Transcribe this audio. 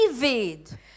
David